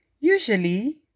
Usually